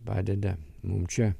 padeda mum čia